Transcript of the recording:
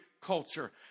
culture